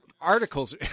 articles